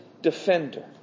defender